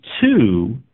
two